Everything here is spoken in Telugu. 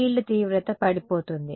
ఫీల్డ్ తీవ్రత పడిపోతుంది